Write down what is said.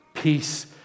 Peace